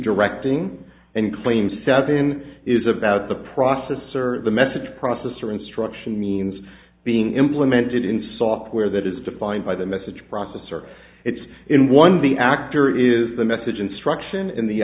directing and claims the sad thing is about the processor the message processor instruction means being implemented in software that is defined by the message processor it's in one of the actor is the message instruction in the